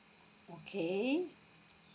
okay